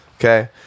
okay